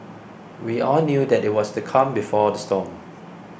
we all knew that it was the calm before the storm